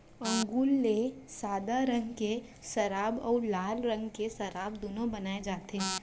अंगुर ले सादा रंग के सराब अउ लाल रंग के सराब दुनो बनाए जाथे